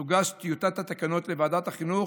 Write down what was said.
תוגש טיוטת התקנות לוועדת החינוך,